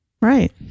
Right